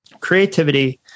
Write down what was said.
creativity